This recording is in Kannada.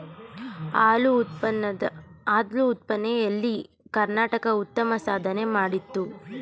ಹಾಲು ಉತ್ಪಾದನೆ ಎಲ್ಲಿ ಕರ್ನಾಟಕ ಉತ್ತಮ ಸಾಧನೆ ಮಾಡುತ್ತಿದೆ